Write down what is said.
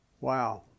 Wow